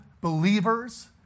believers